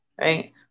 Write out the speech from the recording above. right